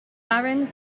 barren